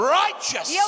righteous